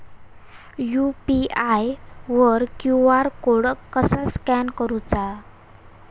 UPI वर QR code कसा scan करूचा?